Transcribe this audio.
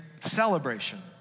celebration